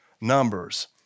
numbers